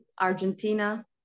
Argentina